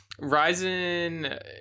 Ryzen